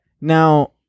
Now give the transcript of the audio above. now